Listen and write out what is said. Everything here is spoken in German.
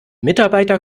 mitarbeiter